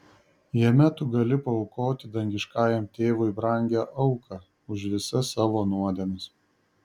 jame tu gali paaukoti dangiškajam tėvui brangią auką už visas savo nuodėmes